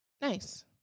nice